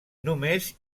només